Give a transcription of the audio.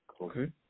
Okay